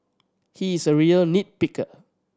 he is a real nit picker